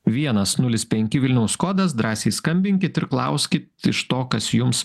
vienas nulis penki vilniaus kodas drąsiai skambinkit ir klauskit iš to kas jums